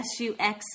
SUX